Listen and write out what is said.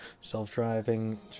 self-driving